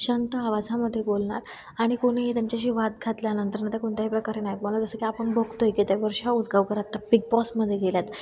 शांत आवाजामध्ये बोलणार आणि कोणीही त्यांच्याशी वाद घातल्यानंतर मध्ये कोणत्याही प्रकारे नाही बोललं जसं की आपण बघतो आहे की एकट्या वर्षा उसगावकरात बिग बॉसमध्ये गेल्यात